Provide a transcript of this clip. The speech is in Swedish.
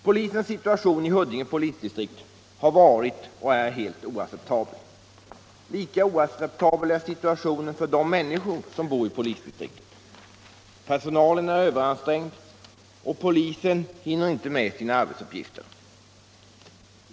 Polisens situation i Huddinge polisdistrikt har varit och är helt oacceptabel. Lika oacceptabel är situationen för de människor som bor i polisdistriktet. Polispersonalen är överansträngd och hinner inte med sina arbetsuppgifter.